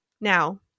Now